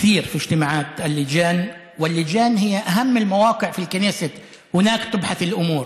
לדרך שבה אתה מציג את הנושאים שהעלית לדיון ומקדם את עבודת הוועדות.